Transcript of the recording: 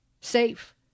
safe